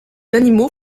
animaux